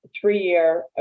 three-year